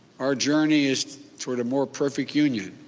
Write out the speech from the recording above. our journey is toward a more perfect union,